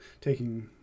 taking